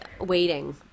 waiting